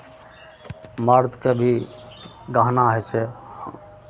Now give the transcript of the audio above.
मर्दके भी गहना होइ छै